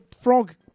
frog